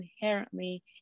inherently